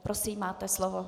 Prosím, máte slovo.